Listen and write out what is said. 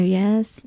yes